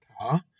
car